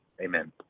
Amen